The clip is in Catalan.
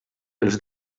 pels